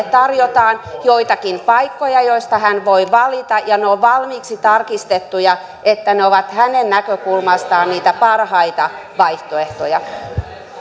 tarjotaan joitakin paikkoja joista hän voi valita ja ne ovat valmiiksi tarkistettuja että ne ovat hänen näkökulmastaan niitä parhaita vaihtoehtoja